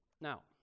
Now